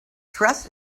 trust